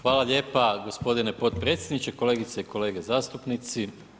Hvala lijepa gospodine potpredsjedniče, kolegice i kolege zastupnici.